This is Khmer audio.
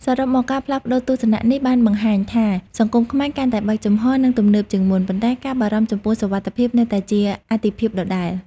សរុបមក ការផ្លាស់ប្ដូរទស្សនៈនេះបានបង្ហាញថា សង្គមខ្មែរកាន់តែបើកចំហរ និងទំនើបជាងមុន ប៉ុន្តែការបារម្ភចំពោះសុវត្ថិភាពនៅតែជាអាទិភាពដដែល។